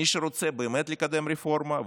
מי שרוצה באמת לקדם רפורמה,